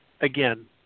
again